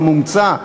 עם מומצא,